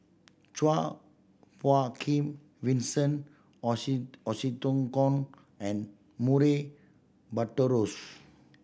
Chua Phung Kim Vincent Hoisington and Murray Buttrose